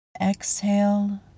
Exhale